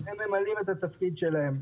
הם ממלאים את התפקיד שלהם.